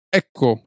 ecco